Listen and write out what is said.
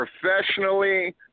professionally